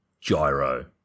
Gyro